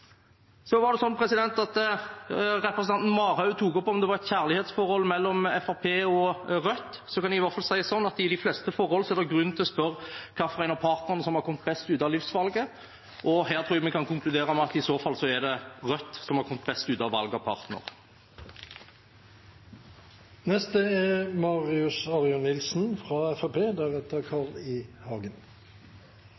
Representanten Marhaug tok opp om det var et kjærlighetsforhold mellom Fremskrittspartiet og Rødt. Da kan jeg i hvert fall si det sånn at i de fleste forhold er det grunn til å spørre hvem av partene som har kommet best ut av livsvalget, og her tror jeg vi kan konkludere med at det i så fall er Rødt som har kommet best ut av valget av partner. Norsk olje og gass er